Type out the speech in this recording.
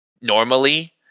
normally